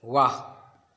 वाह